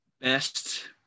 Best